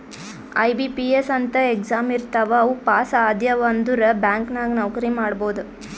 IBPS ಅಂತ್ exam ಇರ್ತಾವ್ ಅವು ಪಾಸ್ ಆದ್ಯವ್ ಅಂದುರ್ ಬ್ಯಾಂಕ್ ನಾಗ್ ನೌಕರಿ ಮಾಡ್ಬೋದ